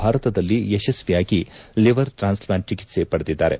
ಭಾರತದಲ್ಲಿ ಯಶಸ್ವಿಯಾಗಿ liver transplant ಚಿಕಿತ್ಲೆ ಪಡೆದಿದ್ದಾರೆ